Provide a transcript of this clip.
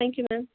thank you ma'am